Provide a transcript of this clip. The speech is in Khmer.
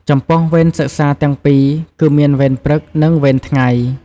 ចំពោះវេនសិក្សាទាំងពីរ គឺមានវេនព្រឹក និង វេនថ្ងៃ។